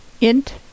Int